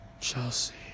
Chelsea